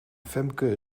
femke